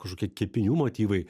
kažkokie kepinių motyvai